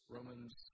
Romans